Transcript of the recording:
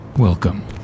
Welcome